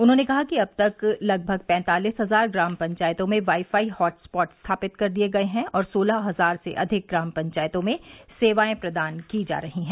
उन्होंने कहा कि अब तक लगभग पैंतालिस हजार ग्राम पंचायतों में वाई फाई हॉटसॉट स्थापित कर दिये गए हैं और सोलह इजार से अधिक ग्राम पंचायतों में सेवाएं प्रदान की जा रही हैं